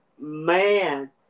Man